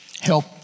Help